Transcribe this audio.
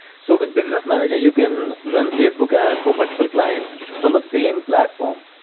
so with business manager you can run facebook ads for multiple clients, from the same platform.